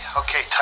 okay